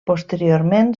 posteriorment